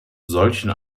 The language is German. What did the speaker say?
solchen